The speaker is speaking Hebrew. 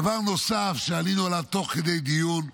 דבר נוסף שנולד תוך דיון: